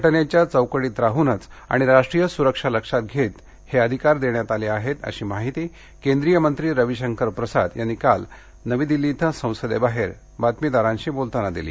घटनेच्या चौकटीत राहूनच आणि राष्ट्रीय सुरक्षा लक्षात घेता हे अधिकार देण्यात आले आहेत अशी माहिती केंद्रीय मंत्री रविशंकर प्रसाद यांनी काल संसदेबाहेर पत्रकारांशी बोलताना दिली